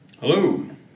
Hello